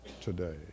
today